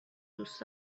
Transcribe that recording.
دوست